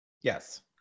Yes